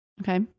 Okay